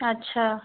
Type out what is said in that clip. अच्छा